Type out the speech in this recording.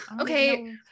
Okay